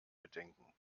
bedenken